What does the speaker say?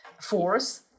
force